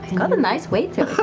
got a nice weight to